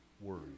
word